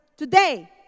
Today